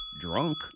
Drunk